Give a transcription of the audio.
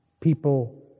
people